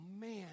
man